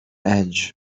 edge